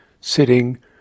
sitting